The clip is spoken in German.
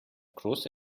große